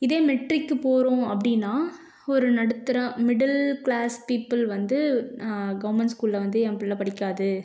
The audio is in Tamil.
இதே மெட்ரிக் போகிறோம் அப்படின்னா ஒரு நடுத்தர மிடில் க்ளாஸ் பீப்புள் வந்து கவர்மெண்ட் ஸ்கூல்ல வந்து ஏன் பிள்ள படிக்காது